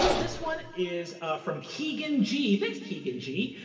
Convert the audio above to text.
ah this one is from keegan g. thanks, keegan g.